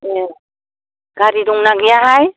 एह गारि दंना गैयाहाय